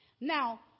Now